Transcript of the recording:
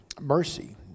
mercy